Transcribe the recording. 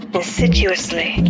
insidiously